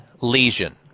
lesion